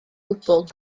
gwbl